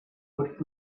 would